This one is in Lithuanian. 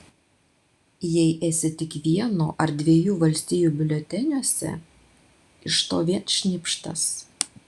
jei esi tik vieno ar dviejų valstijų biuleteniuose iš to vien šnipštas